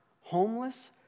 Homeless